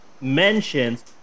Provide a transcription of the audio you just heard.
mentions